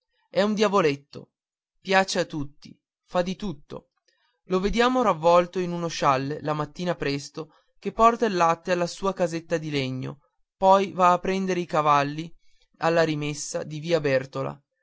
è un diavoletto piace a tutti fa di tutto lo vediamo ravvolto in uno scialle la mattina presto che porta il latte alla sua casetta di legno poi va a prendere i cavalli alla rimessa di via bertola